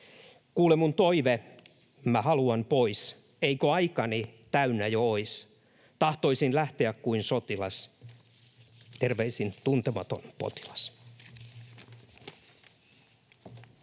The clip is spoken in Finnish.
”Kuule mun toive, mä haluan pois. Eikö aikani täynnä jo ois? Tahtoisin lähteä kuin sotilas. Terveisin tuntematon potilas.”